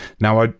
now,